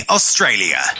Australia